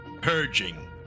Purging